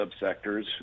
subsectors